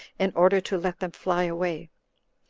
in order to let them fly away.